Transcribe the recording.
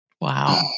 Wow